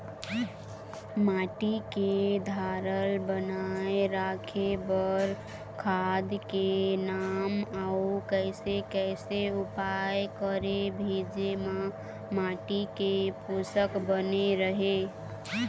माटी के धारल बनाए रखे बार खाद के नाम अउ कैसे कैसे उपाय करें भेजे मा माटी के पोषक बने रहे?